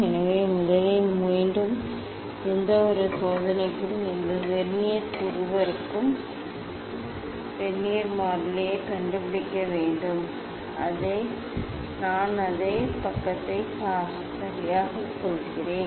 எனவே முதலில் மீண்டும் எந்தவொரு சோதனைக்கும் நீங்கள் வெர்னியர்ஸ் இருவருக்கும் வெர்னியர் மாறிலியைக் கண்டுபிடிக்க வேண்டும் நான் அதே பக்கத்தை சரியாகக் காட்டுகிறேன்